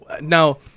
Now